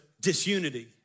disunity